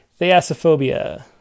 Theasophobia